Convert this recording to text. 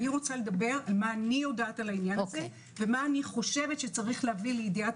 אני רוצה לומר מה אני יודעת על העניין ומה אני חושבת שיש להביא לידיעת